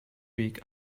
week